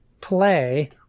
play